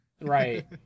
Right